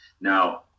Now